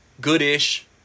good-ish